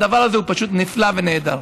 הדבר הזה הוא פשוט נפלא ונהדר.